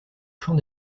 champ